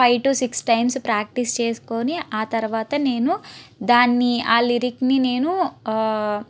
five two six times practice చేసుకుని ఆ తర్వాత నేను దాన్ని ఆ లిరిక్ని నేను